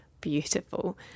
beautiful